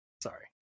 Sorry